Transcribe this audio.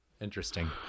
Interesting